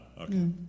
Okay